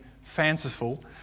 fanciful